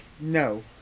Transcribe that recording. no